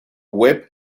web